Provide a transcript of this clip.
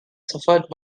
suffered